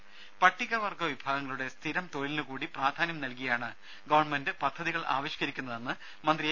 രുഭ പട്ടികവർഗ വിഭാഗങ്ങളുടെ സ്ഥിരം തൊഴിലിന് കൂടി പ്രാധാന്യം നൽകിയാണ് ഗവൺമെന്റ് പദ്ധതികൾ ആവിഷ്കരിക്കുന്നതെന്ന് മന്ത്രി എ